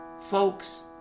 Folks